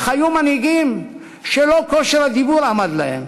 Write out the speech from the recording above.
אך היו מנהיגים שלא כושר הדיבור עמד להם,